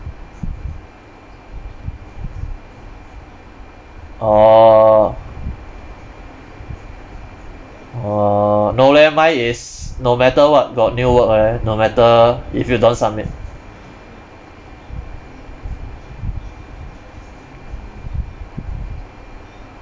orh uh no leh mine is no matter what got new work eh no matter if you don't submit